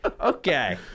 Okay